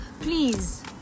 please